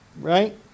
right